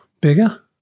bigger